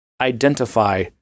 identify